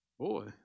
Boy